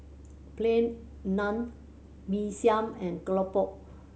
Plain Naan Mee Siam and keropok